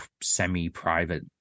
semi-private